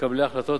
מקבלי החלטות,